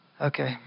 Okay